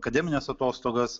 akademines atostogas